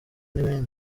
n’ibindi